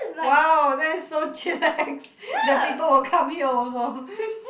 wow that is so chillax that people will come here also